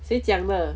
谁讲的